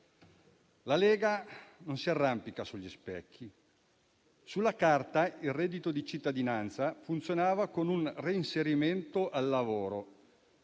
La Lega non si arrampica sugli specchi: sulla carta, il reddito di cittadinanza funzionava con un reinserimento al lavoro,